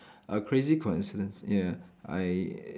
a crazy coincidence ya I i~